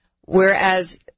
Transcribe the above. whereas